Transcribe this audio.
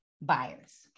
buyers